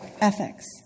ethics